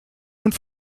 und